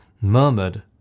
murmured